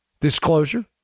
Disclosure